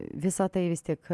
visa tai vis tik